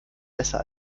besser